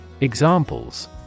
Examples